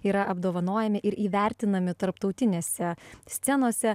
yra apdovanojami ir įvertinami tarptautinėse scenose